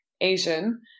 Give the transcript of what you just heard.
Asian